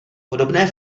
podobné